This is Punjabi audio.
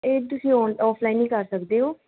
ਇਹ ਤੁਸੀਂ ਔਨ ਔਫਲਾਈਨ ਹੀ ਕਰ ਸਕਦੇ ਹੋ